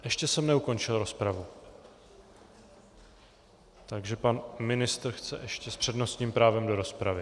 Ještě jsem neukončil rozpravu, takže pan ministr chce ještě s přednostním právem do rozpravy.